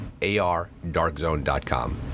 ARDarkZone.com